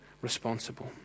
responsible